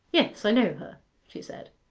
yes, i know her she said.